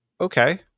Okay